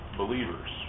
believers